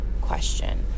question